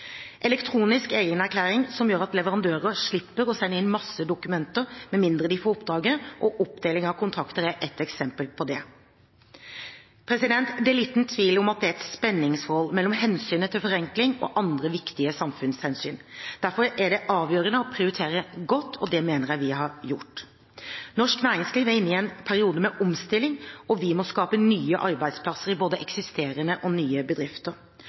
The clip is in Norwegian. Elektronisk egenerklæring som gjør at leverandører slipper å sende inn masse dokumentasjon med mindre de får oppdraget, og oppdeling av kontrakter er et eksempel på dette. Det er liten tvil om at det er et spenningsforhold mellom hensynet til forenkling og andre viktige samfunnshensyn. Derfor er det avgjørende å prioritere godt, og det mener jeg vi har gjort. Norsk næringsliv er inne i en periode med omstilling, og vi må skape nye arbeidsplasser i både eksisterende og nye bedrifter.